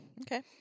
Okay